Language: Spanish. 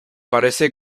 parece